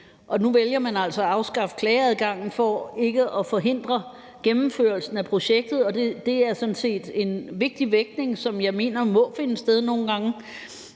Nu vælger man altså at afskaffe klageadgangen for ikke at forhindre gennemførelsen af projektet, og det er sådan set en vigtig vægtning, som jeg mener må finde sted nogle gange.